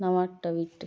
ਨਵਾਂ ਟਵੀਟ